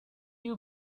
you